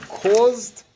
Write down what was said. caused